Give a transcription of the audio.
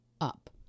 up